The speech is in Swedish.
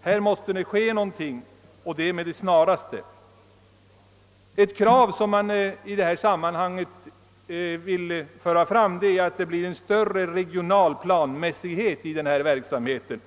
Här måste någonting ske med det snaraste. I detta sammanhang vill jag föra fram krav på större regional planmässighet i verksamheten.